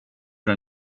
för